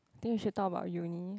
think should talk about uni